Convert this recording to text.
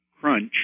crunch